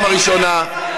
אתה תומך בהסתות האלה.